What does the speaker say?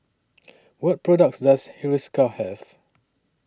What products Does Hiruscar Have